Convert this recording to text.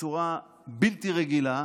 בצורה בלתי רגילה,